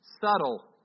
subtle